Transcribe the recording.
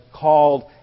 called